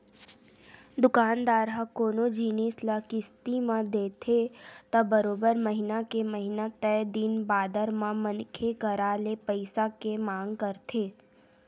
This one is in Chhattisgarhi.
दुकानदार ह कोनो जिनिस ल किस्ती म देथे त बरोबर महिना के महिना तय दिन बादर म मनखे करा ले पइसा के मांग करथे